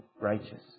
righteous